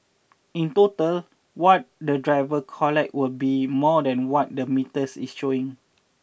in total what the driver collect will be more than what the metres is showing